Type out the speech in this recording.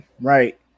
right